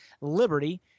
Liberty